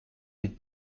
the